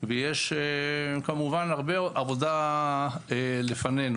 ויש כמובן הרבה עבודה לפנינו.